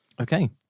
okay